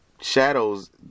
shadows